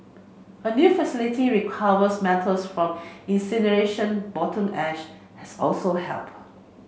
a new facility recovers metals from incineration bottom ash has also helped